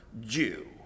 Jew